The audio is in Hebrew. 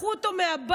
לקחו אותו מהבית,